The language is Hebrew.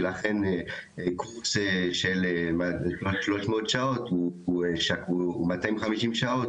ולכן קורס של 300 שעות הוא 250 שעות,